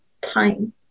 time